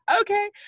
okay